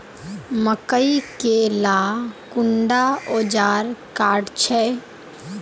मकई के ला कुंडा ओजार काट छै?